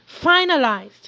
finalized